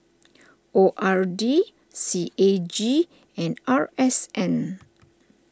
O R D C A G and R S N